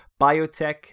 biotech